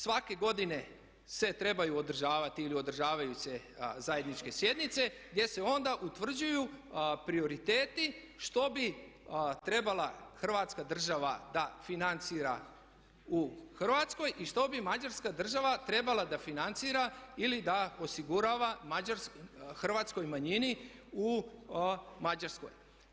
Svake godine se trebaju održavati ili održavaju se zajedničke sjednice gdje se onda utvrđuju prioriteti što bi trebala Hrvatska država da financira u Hrvatskoj i što bi Mađarska država trebala da financira ili da osigurava hrvatskoj manjini u Mađarskoj.